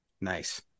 Nice